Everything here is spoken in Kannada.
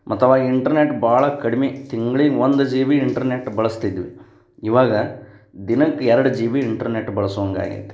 ಮತ್ತು ಅವಾಗ ಇಂಟ್ರನೆಟ್ ಭಾಳ ಕಡ್ಮೆ ತಿಂಗ್ಳಿಗೆ ಒಂದು ಜಿ ಬಿ ಇಂಟ್ರನೆಟ್ ಬಳಸ್ತಿದ್ವಿ ಇವಾಗ ದಿನಕ್ಕೆ ಎರಡು ಜಿ ಬಿ ಇಂಟ್ರನೆಟ್ ಬಳ್ಸೊಂಗೆ ಆಗೈತೆ